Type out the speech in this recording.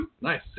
Nice